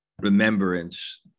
remembrance